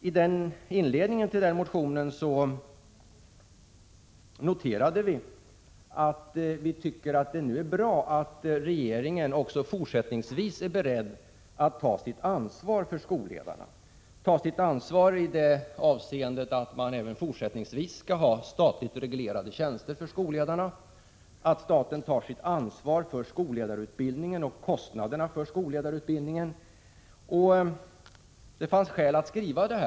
I inledningen till vår motion noterade vi att det är bra att regeringen också fortsättningsvis är beredd att ta sitt ansvar för skolledarna i det avseendet att dessa även fortsättningsvis skall ha statligt reglerade tjänster. Staten skall ta sitt ansvar för skolledarutbildningen och kostnaderna för denna. Det fanns skäl att skriva om detta.